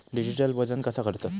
Digital वजन कसा करतत?